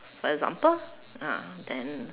for example ah then